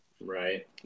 Right